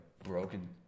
broken